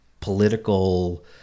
political